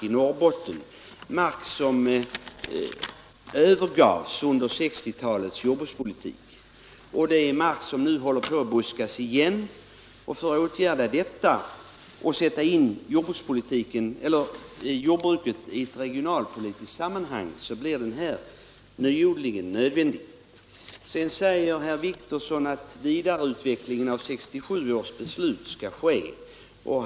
Det är mark som övergavs under 1960-talets jordbrukspolitik och som nu håller på att buskas igen. För att åtgärda detta och för att sätta in jordbruket i ett regionalpolitiskt sammanhang blir en sådan nyodling nödvändig. Herr Wictorsson säger att en vidareutveckling av 1967 års beslut bör ske.